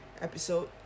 episode